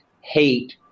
hate